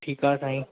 ठीकु आहे सांई